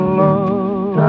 love